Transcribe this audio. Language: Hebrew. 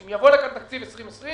שאם יבוא לכאן תקציב 2020,